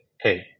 hey